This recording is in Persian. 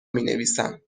مینویسم